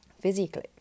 Physically